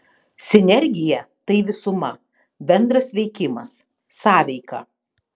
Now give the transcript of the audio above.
sinergija tai visuma bendras veikimas sąveika